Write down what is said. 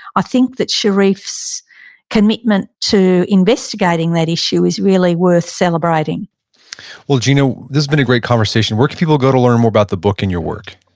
i think that sherif's commitment to investigating that issue is really worth celebrating well, gina, this has been a great conversation. where can people go to learn more about the book and your work?